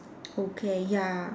okay ya